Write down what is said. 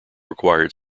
required